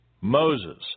Moses